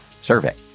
survey